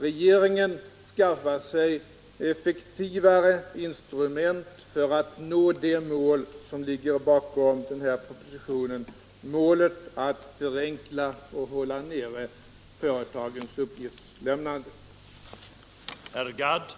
Regeringen skaffar sig effektivare instrument för att nå det mål som propositionen syftar till, nämligen att förenkla och hålla nere företagens uppgiftslämnande.